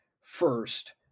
first